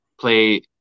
play